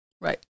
Right